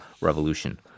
Revolution